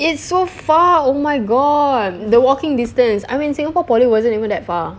it's so far oh my god the walking distance I mean singapore poly wasn't even that far